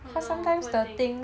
oh no poor thing